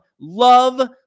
love